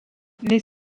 les